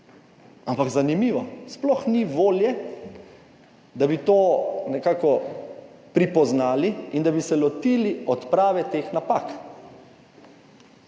ampak zanimivo, sploh ni volje, da bi to nekako prepoznali in da bi se lotili odprave teh napak.